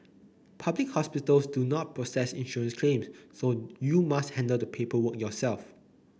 public hospitals do not process insurance claim so you must handle the paperwork yourself